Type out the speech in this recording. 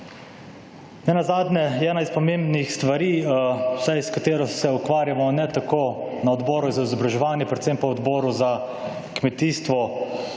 Nenazadnje, je ena od pomembnih stvari, vsaj s katero se ukvarjamo, ne tako na Odboru za izobraževanje, predvsem pa Odboru za kmetijstvo,